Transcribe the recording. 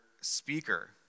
speaker